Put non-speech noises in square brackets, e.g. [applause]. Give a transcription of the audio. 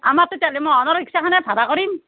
আমাৰতো [unintelligible] হৰেণৰ ৰিক্সাখনেই ভাড়া কৰিম